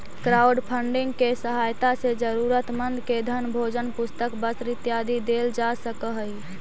crowdfunding के सहायता से जरूरतमंद के धन भोजन पुस्तक वस्त्र इत्यादि देल जा सकऽ हई